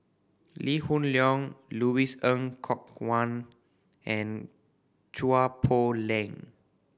Lee Hoon Leong Louis Ng Kok Kwang and Chua Poh Leng